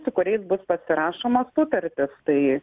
su kuriais bus pasirašomos sutartys tai